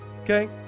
okay